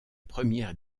première